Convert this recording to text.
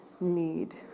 need